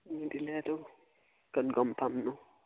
দিলে এইটো সইকন গম পাম ন